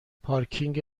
پارکینگ